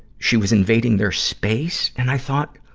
she was invading their space. and i thought,